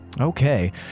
Okay